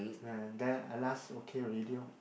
and then at last okay already lor